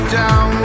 down